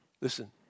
listen